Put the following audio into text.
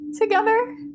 together